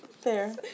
Fair